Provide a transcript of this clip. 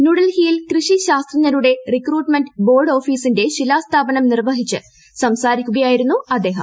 ന്യൂഡൽഹിയിൽ കൃഷി ശാസ്ത്രജ്ഞരുടെ റിക്രൂട്ട്മെന്റ് ബോർഡ് ഓഫീസിന്റെ ശിലാസ്ഥാപനം നിർവ്വഹിച്ച് സംസാരിക്കുകയായിരുന്നു അദ്ദേഹം